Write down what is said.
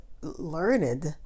learned